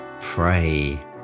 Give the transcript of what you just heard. pray